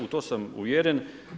U to sam uvjeren.